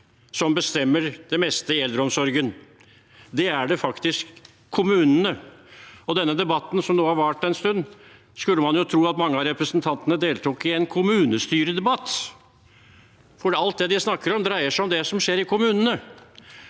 som bestemmer det meste i eldreomsorgen. Det er faktisk kommunene. Denne debatten har nå vart en stund, og man skulle tro at mange av representantene deltok i en kommunestyredebatt, for alt det de snakker om, dreier seg om det som skjer i kommunene.